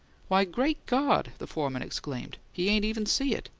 why, great god! the foreman exclaimed. he ain't even seen it.